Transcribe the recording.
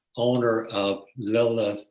owner of leyla.